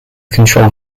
control